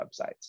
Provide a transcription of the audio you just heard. websites